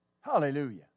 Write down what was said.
Hallelujah